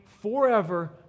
forever